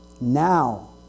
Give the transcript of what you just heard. now